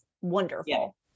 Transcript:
wonderful